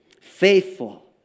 Faithful